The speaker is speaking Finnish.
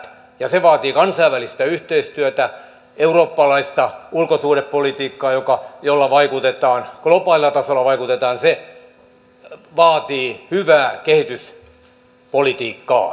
se vaatii kansainvälistä yhteistyötä eurooppalaista ulkosuhdepolitiikkaa jolla vaikutetaan globaalilla tasolla se vaatii hyvää kehityspolitiikkaa